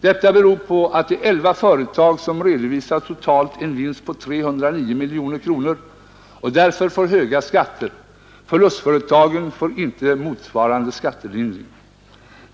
Detta beror på att det är 11 företag som redovisar en total vinst på 309 miljoner kronor och därför får höga skatter. Förlustföretagen får inte motsvarande skattelindring.